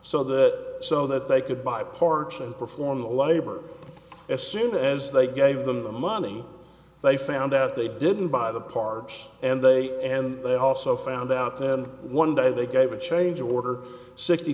so that so that they could buy parts and perform the labor as soon as they gave them the money they found out they didn't buy the parts and they also found out that one day they gave a change order sixty